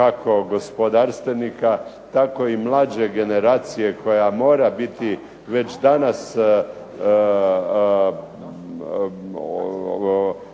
kako gospodarstvenika tako i mlađe generacije koja mora biti već danas,